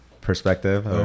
perspective